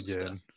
again